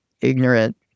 ignorant